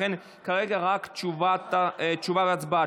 כרגע רק תשובה והצבעה,